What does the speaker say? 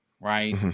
right